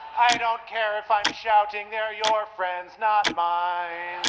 i don't care if i'm shouting, they're your friends, not mine!